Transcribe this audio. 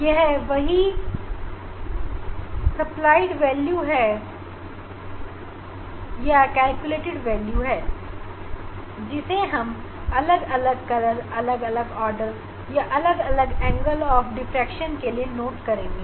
इस तरह से हम अलग अलग रंगों के डिफ़्रैक्शन के कोड की औसत मूल्य निकाल लेंगे